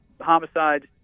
homicides